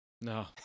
No